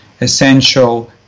essential